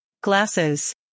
Glasses